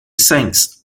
sings